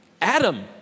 Adam